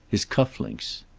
his cuff links.